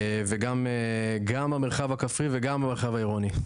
וגם המרחב הכפרי וגם במרחב העירוני.